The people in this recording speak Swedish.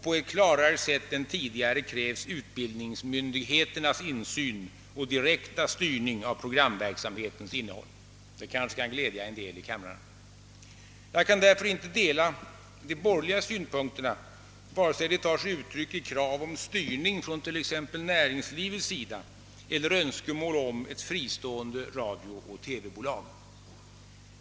På klarare sätt än tidigare krävs ut bildningsmyndigheternas insyn och direkta styrning av programverksamhetens innehåll, vilket kanske kan glädja några av kammarens ledamöter. Jag kan därför inte dela de borgerligas synpunkter, vare sig dessa tar sig uttryck i krav på styrning från t.ex. näringslivet eller önskemål om ett fristående radiooch TV-bolag.